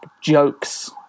jokes